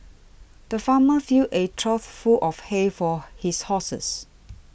the farmer filled a trough full of hay for his horses